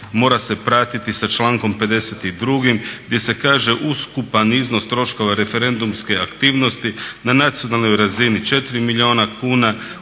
mora se pratiti sa člankom 52. gdje se kaže ukupan iznos troškova referendumske aktivnosti na nacionalnoj razini 4 milijuna kuna,